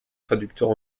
traducteur